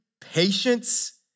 patience